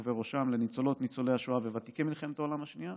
ובראשם לניצולות וניצולי השואה ולוותיקי מלחמת העולם השנייה.